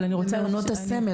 אבל אני רוצה --- מעונות הסמל,